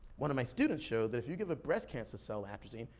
one of my students showed that if you give a breast cancer cell atrazine,